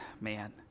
man